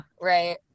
right